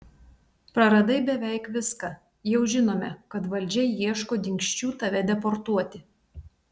praradai beveik viską jau žinome kad valdžia ieško dingsčių tave deportuoti